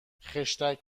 خشتک